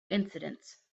incidents